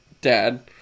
dad